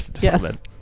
yes